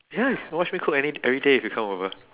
ya you can watch me cook any every day if you come over